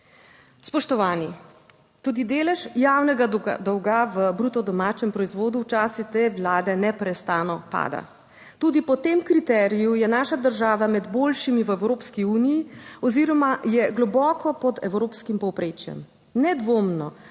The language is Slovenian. Spoštovani. Tudi delež javnega dolga v bruto domačem proizvodu v času te Vlade neprestano pada. Tudi po tem kriteriju je naša država med boljšimi v Evropski uniji oziroma je globoko pod evropskim povprečjem. Nedvomno